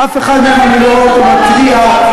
אף אחד מהם אני לא רואה אותו מתריע,